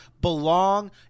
belong